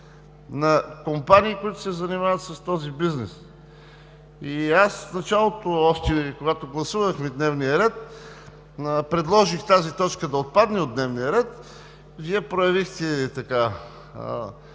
на компании, които се занимават с този бизнес, и аз още в началото, когато гласувахме дневния ред, предложих тази точка да отпадне от дневния ред. Вие проявихте